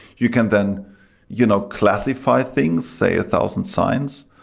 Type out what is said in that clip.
you can then you know classify things, say, a thousand signs,